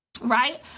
right